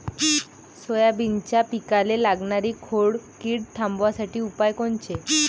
सोयाबीनच्या पिकाले लागनारी खोड किड थांबवासाठी उपाय कोनचे?